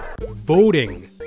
voting